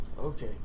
Okay